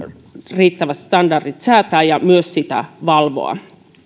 riittävät standardit säätää ja sitä myös valvoa